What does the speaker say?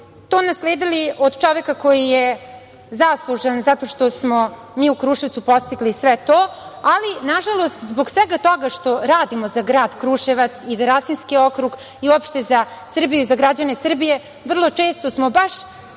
to nasledili od čoveka koji je zaslužan zato što smo mi u Kruševcu postigli sve to, ali zbog svega toga što radimo za grad Kruševac i za Rasinski okrug i uopšte za Srbiju i za građane Srbije, vrlo često smo baš